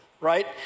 Right